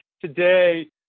Today